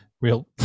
real